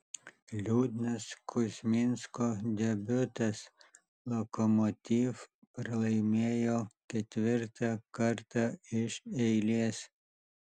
liūdnas kuzminsko debiutas lokomotiv pralaimėjo ketvirtą kartą iš eilės